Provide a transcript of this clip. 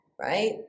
right